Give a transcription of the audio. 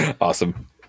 Awesome